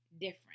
different